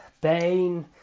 Bane